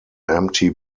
empty